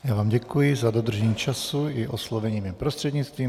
Já vám děkuji za dodržení času i oslovení mým prostřednictvím.